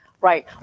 Right